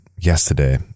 yesterday